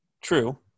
true